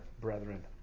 brethren